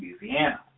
Louisiana